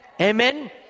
amen